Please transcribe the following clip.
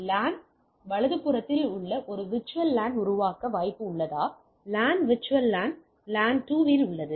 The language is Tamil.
லேன் வலதுபுறத்தில் ஒரு விர்ச்சுவல் லேன் உருவாக்க வாய்ப்பு உள்ளதா லேன் விர்ச்சுவல் லேன் லேன்2 இல் உள்ளது